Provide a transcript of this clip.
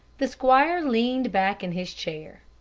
the squire leaned back in his chair.